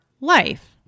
life